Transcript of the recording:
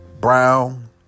brown